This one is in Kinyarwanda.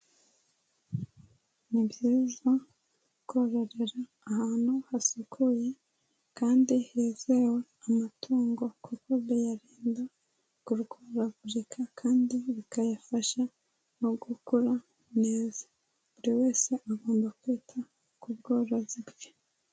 Ni byiza kororera ahantu hasukuye kandi hizewe amatungo kuko biyarinda kurwaragurika kandi bikayafasha mu gukura neza, buri wese agomba kwita ku bworozi bwe.